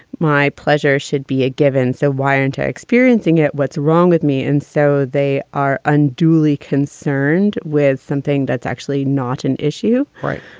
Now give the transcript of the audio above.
my pleasure, should be a given. so wiranto experiencing it. what's wrong with me? and so they are unduly concerned with something that's actually not an issue. right.